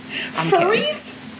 Furries